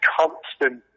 constant